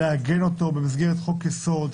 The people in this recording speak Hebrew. לעגן אותו במסגרת חוק יסוד,